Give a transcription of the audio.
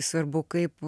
svarbu kaip